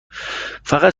فقط